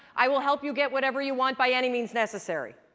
i will help you get whatever you want by any means necessary.